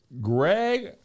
Greg